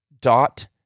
dot